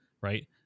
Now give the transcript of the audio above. Right